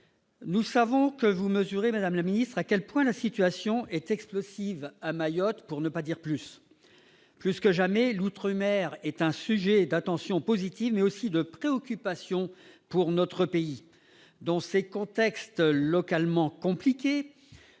Nous le savons, madame la ministre, vous mesurez à quel point la situation est explosive, pour ne pas dire plus, à Mayotte. Plus que jamais, l'outre-mer est un sujet d'attention positive, mais aussi de préoccupation pour notre pays. Dans ces contextes localement compliqués,